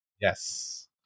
Yes